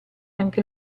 anche